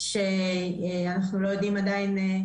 שאנחנו לא יודעים עדיין,